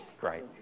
Great